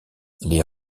les